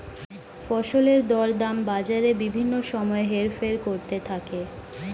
ফসলের দরদাম বাজারে বিভিন্ন সময় হেরফের করতে থাকে